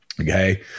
Okay